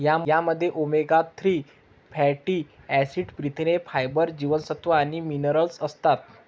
यामध्ये omega three fatty acid, प्रथिने, fibre, जीवनसत्व आणि मिनरल्स असतात